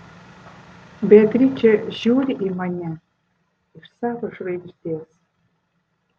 beatričė žiūri į mane iš savo žvaigždės